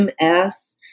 MS